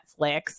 Netflix